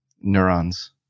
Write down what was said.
neurons